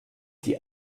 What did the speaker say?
die